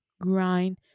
grind